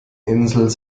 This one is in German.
insel